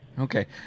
Okay